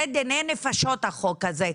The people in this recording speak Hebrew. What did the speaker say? זה דיני נפשות, החוק הזה.